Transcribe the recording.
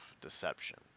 deception